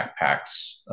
backpacks